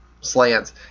slants